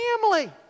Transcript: family